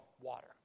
water